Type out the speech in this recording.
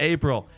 April